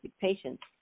patients